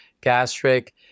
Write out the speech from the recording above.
gastric